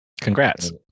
congrats